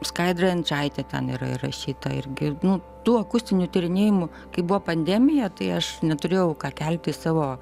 skaidra jančaitė ten yra įrašyta ir gi nu tų akustinių tyrinėjimų kai buvo pandemija tai aš neturėjau ką kelti į savo